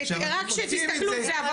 עכשיו אתם מוציאים את זה.